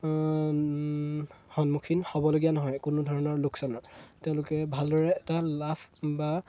সন্মুখীন হ'বলগীয়া নহয় কোনো ধৰণৰ লোকচানত তেওঁলোকে ভালদৰে এটা লাভ বা